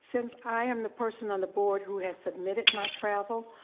since i am the person on the board who has submitted my travel,